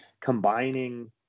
combining